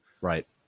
Right